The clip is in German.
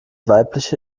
weibliche